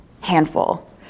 handful